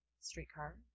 streetcar